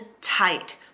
tight